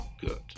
good